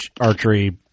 archery